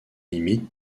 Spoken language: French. limites